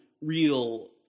real